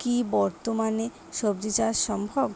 কি বর্তমানে শ্বজিচাষ সম্ভব?